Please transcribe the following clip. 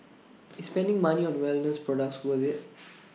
is spending money on wellness products worth IT